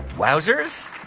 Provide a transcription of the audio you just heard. wowzers,